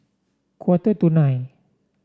quarter to nine